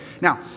Now